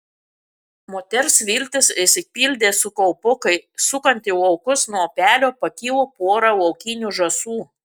moters viltys išsipildė su kaupu kai sukant į laukus nuo upelio pakilo pora laukinių žąsų